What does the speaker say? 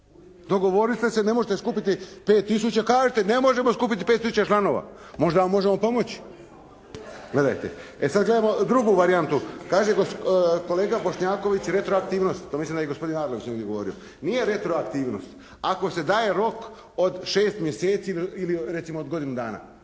Dogovorite se, ne možete skupiti 5 tisuća. Kažite ne možemo skupiti 5 tisuća članova. Možda vam možemo pomoći. Gledajte, e sad gledajmo drugu varijantu. Kaže kolega Bošnjaković retroaktivnost, to mislim da je gospodin Arlović negdje govorio, nije retroaktivnost ako se daje rok od 6 mjeseci ili recimo od godinu dana